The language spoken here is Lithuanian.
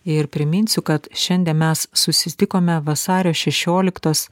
ir priminsiu kad šiandien mes susitikome vasario šešioliktos